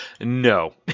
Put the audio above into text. No